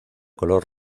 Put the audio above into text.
color